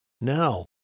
Now